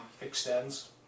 Extends